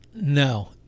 No